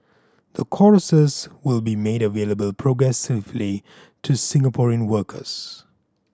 the courses will be made available progressively to Singaporean workers